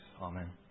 Amen